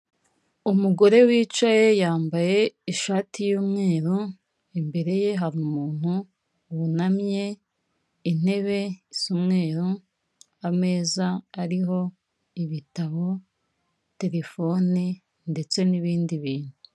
Umugore wicaye, yambaye ishati y'umweru, imbere ye hari umuntu wunamye, intebe isa umweru, ameza ariho ibitabo, terefone ndetse n'ibindi bintu.